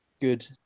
good